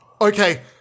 Okay